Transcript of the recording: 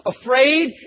afraid